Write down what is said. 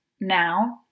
now